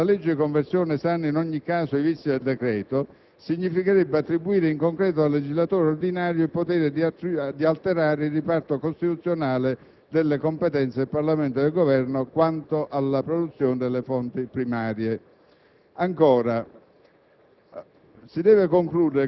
sul tema): «Affermare che la legge di conversione sani in ogni caso i vizi del decreto significherebbe attribuire in concreto al legislatore ordinario il potere di alterare il riparto costituzionale delle competenze parlamentari del Governo quanto alla produzione delle fonti primarie. Si